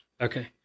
Okay